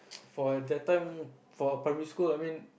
for that time for primary school I mean